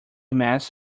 mass